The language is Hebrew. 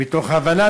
מתוך הבנת